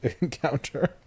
encounter